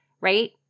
right